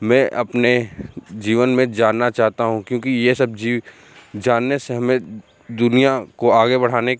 मैं अपने जीवन में जानना चाहता हूँ क्योंकि ये सब जीव जानने से हमें दुनिया को आगे बढ़ाने